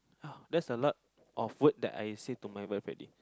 oh that's a lot of word that I say to my wife already